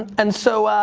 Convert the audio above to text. and so, ah,